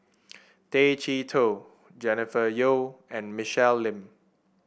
Tay Chee Toh Jennifer Yeo and Michelle Lim